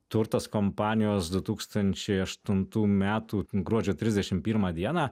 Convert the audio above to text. turtas kompanijos du tūkstančiai aštuntų metų gruodžio trisdešim pirmą dieną